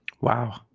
Wow